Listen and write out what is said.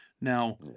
now